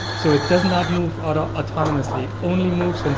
so it does not move autonomously. it only moves